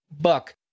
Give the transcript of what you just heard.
buck